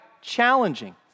challenging